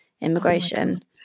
immigration